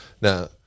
Now